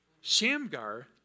Shamgar